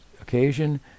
occasion